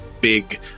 big